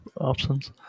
options